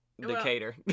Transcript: Decatur